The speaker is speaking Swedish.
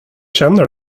känner